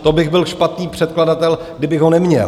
To bych byl špatný předkladatel, kdybych ho neměl.